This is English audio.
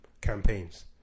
campaigns